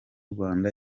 rwanda